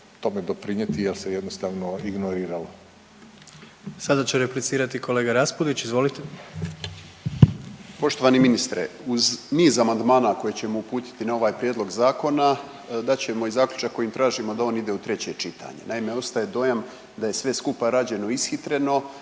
tome doprinjeti jel se jednostavno ignoriralo. **Jandroković, Gordan (HDZ)** Sada će replicirati kolega Raspudić, izvolite. **Raspudić, Nino (Nezavisni)** Poštovani ministre, uz niz amandmana koje ćemo uputiti na ovaj prijedlog zakona dat ćemo i zaključak kojim tražimo da on ide u treće čitanje. Naime, ostaje dojam da je sve skupa rađeno ishitreno